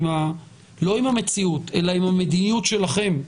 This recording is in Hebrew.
לא עם המציאות אלא עם המדיניות שלכם,